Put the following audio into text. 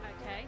okay